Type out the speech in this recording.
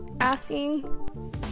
asking